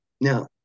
Now